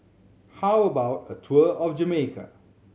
how about a tour of Jamaica